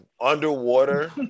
underwater